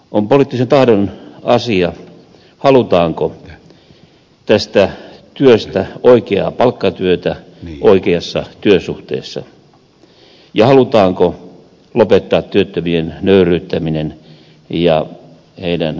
on poliittisen tahdon asia halutaanko tästä työstä oikeaa palkkatyötä oikeassa työsuhteessa ja halutaanko lopettaa työttömien nöyryyttäminen ja heidän riistonsa